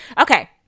okay